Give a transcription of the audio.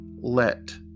Let